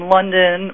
London